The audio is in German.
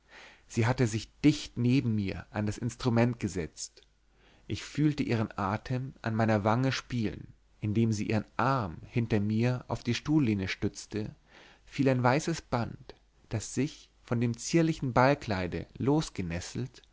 sie hatte sich dicht neben mir an das instrument gesetzt ich fühlte ihren atem an meiner wange spielen indem sie ihren arm hinter mir auf die stuhllehne stützte fiel ein weißes band das sich von dem zierlichen ballkleide